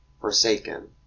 Forsaken